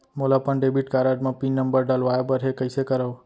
मोला अपन debit card म पिन नंबर डलवाय बर हे कइसे करव?